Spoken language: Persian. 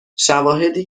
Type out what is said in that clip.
شواهدی